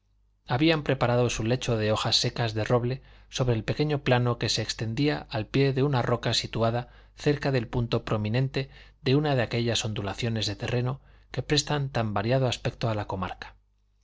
habían preparado su lecho de hojas secas de roble sobre el pequeño plano que se extendía al pie de una roca situada cerca del punto prominente de una de aquellas ondulaciones del terreno que prestan tan variado aspecto a la comarca